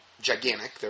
gigantic